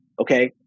Okay